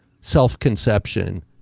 self-conception